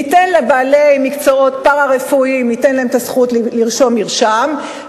ניתן לבעלי מקצועות פארה-רפואיים את הזכות לרשום מרשם,